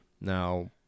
Now